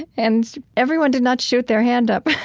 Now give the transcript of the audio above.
and everyone did not shoot their hand up.